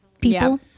people